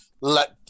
let